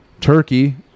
Turkey